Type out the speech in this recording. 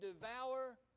devour